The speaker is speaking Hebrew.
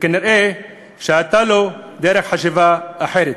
וכנראה הייתה לו דרך חשיבה אחרת.